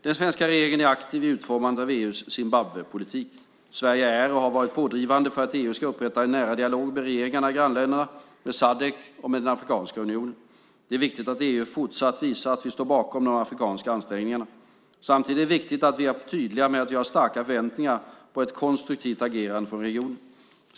Den svenska regeringen är aktiv i utformandet av EU:s Zimbabwepolitik. Sverige är och har varit pådrivande för att EU ska upprätthålla en nära dialog med regeringarna i grannländerna, med SADC och med Afrikanska unionen. Det är viktigt att EU fortsatt visar att vi står bakom de afrikanska ansträngningarna. Samtidigt är det viktigt att vi är tydliga med att vi har starka förväntningar på ett konstruktivt agerande från regionen.